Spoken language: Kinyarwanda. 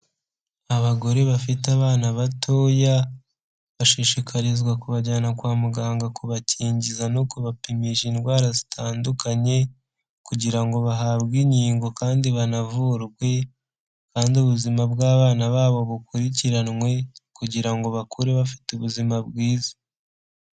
Abagore bafite abana batoya bashishikarizwa kubajyana kwa muganga kubakingiza no kubapimisha indwara zitandukanye kugira ngo bahabwe inkingo kandi banavurwe kandi ubuzima bw'abana babo bukurikiranwe kugira ngo bakure bafite ubuzima bwiza.